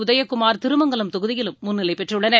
உதயகுமார் திருமங்கலம் தொகுதியிலும் முன்னிலை பெற்றள்ளனர்